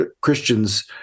Christians